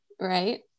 right